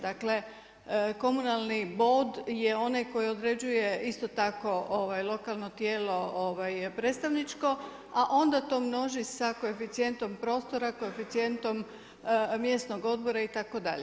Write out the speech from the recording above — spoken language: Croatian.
Dakle komunalni bod je onaj koji određuje isto tako lokalno tijelo, predstavničko, a onda to množi sa koeficijentom prostora, koeficijentom mjesnog odbora itd.